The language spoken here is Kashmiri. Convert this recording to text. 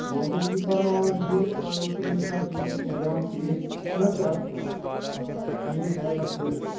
بہٕ حظ اوسُس یہِ فرماوان زِ تۄہہِ اوسو اِنَسٹاگریم گرام پیج چھُنہ حظ تۄہہِ آفِشَل میٖر سایکَل فیلٕز